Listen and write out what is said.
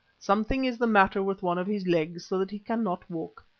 something is the matter with one of his legs so that he cannot walk.